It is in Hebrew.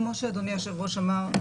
כמו שאדוני היושב-ראש אמר,